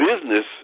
business